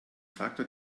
facto